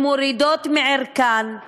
שמורידות מערכן,